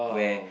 where